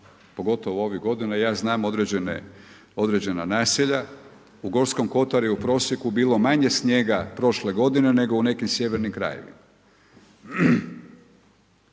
pogotovo ovih godina, ja znam određena naselja. U Gorskom kotaru je u prosjeku bilo manje snijega prošle godine nego u nekim sjevernim krajevima.